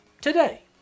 Today